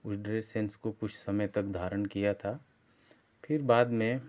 उस dress sense को कुछ समय तक धारण किया था फिर बाद में